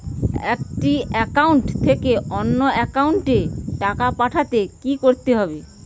একটি একাউন্ট থেকে অন্য একাউন্টে টাকা পাঠাতে কি করতে হবে?